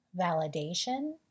validation